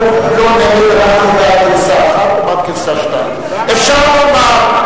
בעד גרסה 1 או בעד גרסה 2. אפשר לומר,